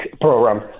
program